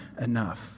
enough